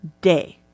day